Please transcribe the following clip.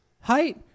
height